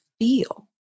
feel